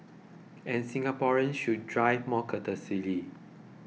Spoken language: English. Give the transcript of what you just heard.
and Singaporeans should drive more courteously